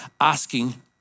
asking